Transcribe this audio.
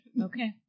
Okay